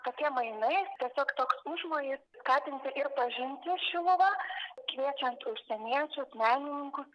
tokie mainai tiesiog toks užmojis skatinti ir pažinti šiluvą kviečiant užsieniečius menininkus